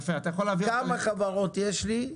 כמה חברות יש לי?